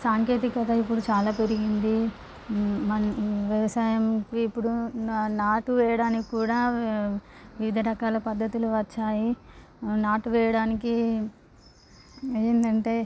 సాంకేతికత ఇప్పుడు చాలా పెరిగింది వ్యవసాయం కి ఇప్పుడు నాటు వేయడానికి కూడా వివిధ రకాల పద్ధతులు వచ్చాయి నాటు వేయడానికి ఏందంటే